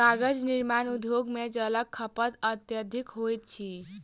कागज निर्माण उद्योग मे जलक खपत अत्यधिक होइत अछि